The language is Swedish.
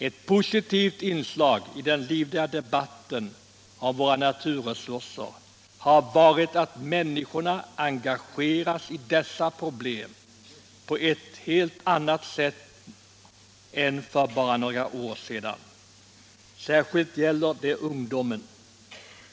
Ett positivt inslag i den livliga debatten om våra naturresurser har varit att människor engagerats i dessa problem på ett helt annat sätt än för bara några år sedan. Särskilt gäller det ungdomen.